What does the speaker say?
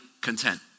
content